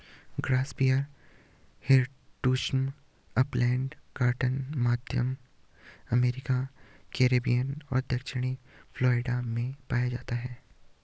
Gossypium hirsutum upland cotton, मध्य America, Caribbean और दक्षिणी फ्लोरिडा में पाया जाता है